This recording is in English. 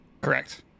Correct